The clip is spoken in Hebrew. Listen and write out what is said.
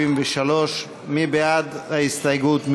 173. מי בעד ההסתייגות?